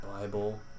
Bible